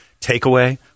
takeaway